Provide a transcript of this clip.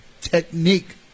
Technique